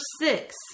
six